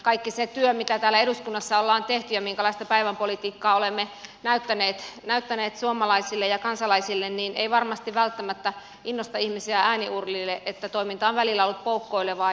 kaikki se työ mitä täällä eduskunnassa on tehty ja minkälaista päivän politiikkaa olemme näyttäneet suomalaisille ja kansalaisille ei varmasti välttämättä innosta ihmisiä ääniuurnille koska toiminta on välillä ollut poukkoilevaa